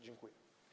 Dziękuję.